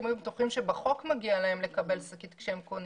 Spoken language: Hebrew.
היו בטוחים שבחוק מגיע להם לקבל שקית כשהם קונים,